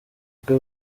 bwe